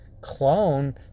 clone